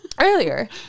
Earlier